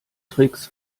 tricks